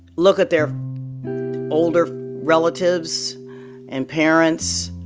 look at their older relatives and parents,